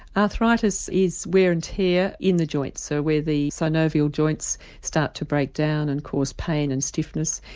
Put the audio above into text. arthritis is wear and tear in the joints so where the synovial joints start to break down and cause pain and stiffness.